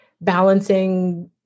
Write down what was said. balancing